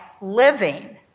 living